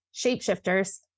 shapeshifters